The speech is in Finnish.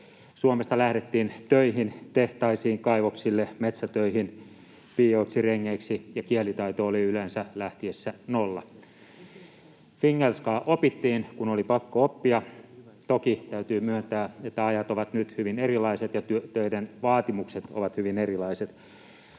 Suomesta lähdettiin töihin tehtaisiin, kaivoksille, metsätöihin, piioiksi, rengiksi, ja kielitaito oli yleensä lähtiessä nolla. Fingelskaa opittiin, kun oli pakko oppia. Toki täytyy myöntää, että ajat ovat nyt hyvin erilaiset ja töiden vaatimukset ovat hyvin erilaiset.